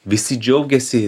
visi džiaugiasi